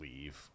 leave